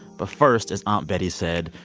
but first, as aunt betty said,